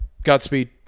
Godspeed